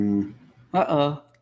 Uh-oh